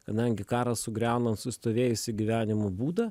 kadangi karas sugriauna nusistovėjusį gyvenimo būdą